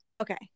okay